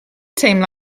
teimlo